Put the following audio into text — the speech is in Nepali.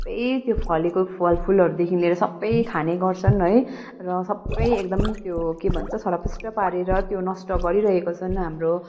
सबै त्यो फलेको फलफुलहरूदेखि लिएर सबै खाने गर्छन् है र सबै एकदम त्यो के भन्छ छरपस्ट पारेर त्यो नष्ट गरिरहेका छन् हाम्रो